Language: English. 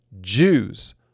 Jews